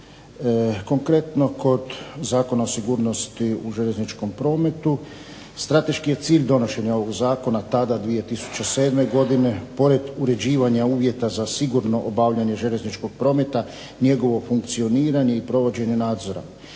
Konkretno kod Zakona o sigurnosti u željezničkom prometu strateški je cilj donošenja ovog Zakona tada 2007. godine pored uređivanja uvjeta za sigurno obavljanje željezničkog prometa njegovo funkcioniranje i provođenje nadzora